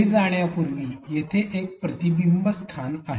पुढे जाण्यापूर्वी येथे एक प्रतिबिंब स्थान आहे